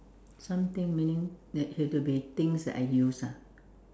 something meaning that it have to be things that I use ah